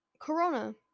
Corona